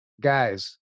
guys